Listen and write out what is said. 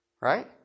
Right